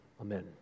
Amen